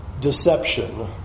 deception